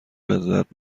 لذت